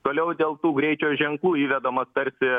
toliau dėl tų greičio ženklų įvedamos tarsi